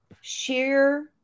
share